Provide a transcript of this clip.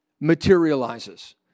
materializes